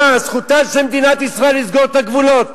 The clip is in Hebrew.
מה, זכותה של מדינת ישראל לסגור את הגבולות.